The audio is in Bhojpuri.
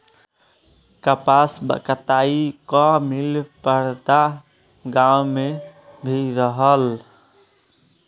कपास कताई कअ मिल परदहा गाँव में भी रहल